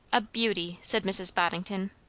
a beauty said mrs. boddington.